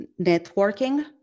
networking